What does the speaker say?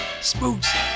spooks